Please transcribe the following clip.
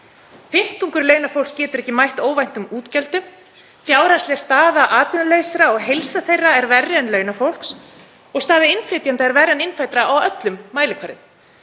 Fimmtungur launafólks getur ekki mætt óvæntum útgjöldum. Fjárhagsleg staða atvinnulausra og heilsa þeirra er verri en launafólks og staða innflytjenda er verri en innfæddra á öllum mælikvörðum.